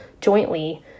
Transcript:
jointly